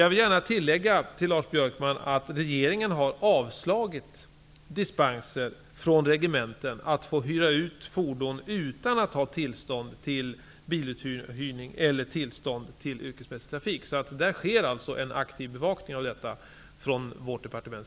Jag vill gärna tillägga till Lars Björkman att regeringen har avslagit dispensansökningar från regementen som vill hyra ut fordon utan att ha tillstånd till biluthyrning eller tillstånd till yrkesmässig trafik. Det sker alltså en aktiv bevakning av detta från vårt departement.